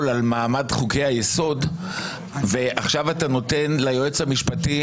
על מעמד חוקי היסוד ועכשיו אתה נותן ליועץ המשפטי